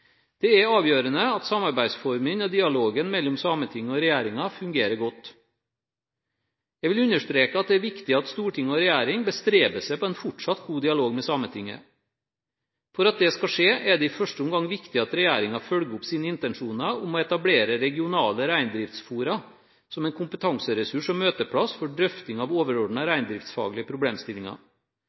Det er avgjørende at samarbeidsformene og dialogen mellom Sametinget og regjeringen fungerer godt. Jeg vil understreke at det er viktig at storting og regjering bestreber seg på en fortsatt god dialog med Sametinget. For at det skal skje, er det i første omgang viktig at regjeringen følger opp sine intensjoner om å etablere regionale reindriftsfora som en kompetanseressurs og møteplass for drøfting av overordnede reindriftsfaglige problemstillinger.